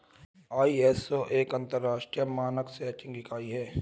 ISO एक अंतरराष्ट्रीय मानक सेटिंग निकाय है